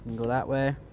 go that way,